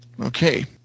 Okay